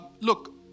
look